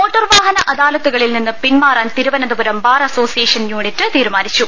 മോട്ടോർവാഹന അദാലത്തുകളിൽ നിന്ന് പിൻമാറാൻ തിരു വന്തപുരം ബാർഅസോസിയേഷൻ യൂണിറ്റ് തീരുമാനിച്ചു